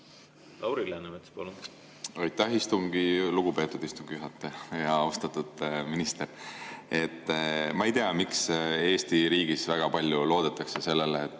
Lauri Läänemets, palun! Aitäh, lugupeetud istungi juhataja! Austatud minister! Ma ei tea, miks Eesti riigis väga palju loodetakse sellele, et